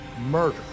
murder